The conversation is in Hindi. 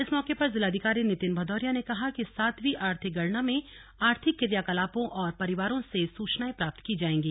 इस मौके पर जिलाधिकारी नितिन भदौरिया ने कहा कि सातवीं आर्थिक गणना में आर्थिक क्रिया कलापों और परिवारों से सूचनाएं प्राप्त की जाएंगी